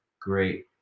great